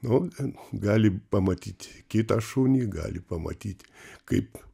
nu ten gali pamatyt kitą šunį gali pamatyt kaip